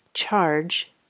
charge